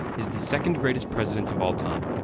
is the second-greatest president of all-time.